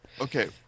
Okay